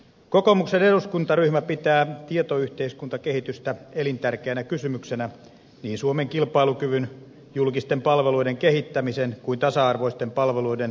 kokoomuksen eduskuntaryhmä pitää tietoyhteiskuntakehitystä elintärkeänä kysymyksenä niin suomen kilpailukyvyn julkisten palveluiden kehittämisen kuin tasa arvoisten palveluiden takaamisenkin näkökulmasta